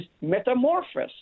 metamorphosis